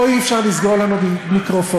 פה אי-אפשר לסגור לנו מיקרופונים.